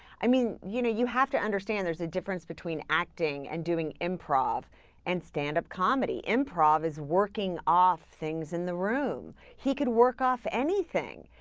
i mean, you know, you have to understand there's a difference between acting and doing improv and stand-up comedy. improv is working off things in the room. he could work off anything.